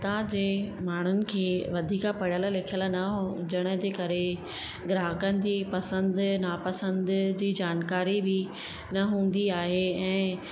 उतां जे माण्हुनि खे वधीक पढ़ियल लिखियल न हुजण जे करे ग्राहकनि जी पसंदि नापसंदि जी जानकारी बि न हूंदी आहे ऐं